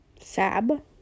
Sab